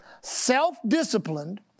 self-disciplined